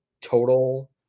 total